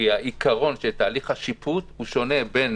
כי העיקרון של תהליך השיפוט שונה בין